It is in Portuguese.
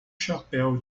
chapéu